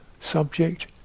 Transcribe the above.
subject